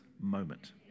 moment